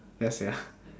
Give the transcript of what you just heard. ya sia